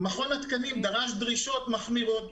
מכון התקנים דרש דרישות מחמירות,